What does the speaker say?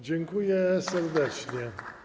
Dziękuję serdecznie.